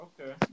Okay